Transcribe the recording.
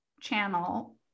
channel